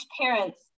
parent's